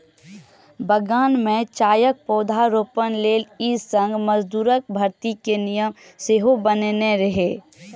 बगान मे चायक पौधारोपण लेल ई संघ मजदूरक भर्ती के नियम सेहो बनेने रहै